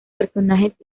personajes